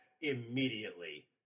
immediately